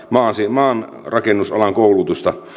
maanrakennusalan koulutusta